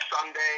Sunday